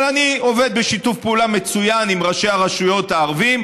אבל אני עובד בשיתוף פעולה מצוין עם ראשי הרשויות הערבים,